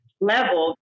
level